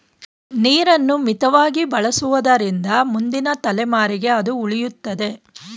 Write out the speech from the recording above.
ನೀರನ್ನು ಮಿತವಾಗಿ ಬಳಸುವುದರಿಂದ ಮುಂದಿನ ತಲೆಮಾರಿಗೆ ಅದು ಉಳಿಯುತ್ತದೆ